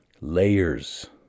layers